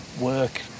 work